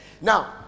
Now